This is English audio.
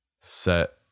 set